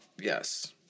yes